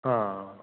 ਹਾਂ